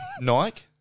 Nike